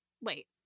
Wait